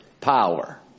power